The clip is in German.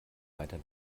weiter